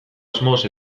asmoz